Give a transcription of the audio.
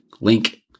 link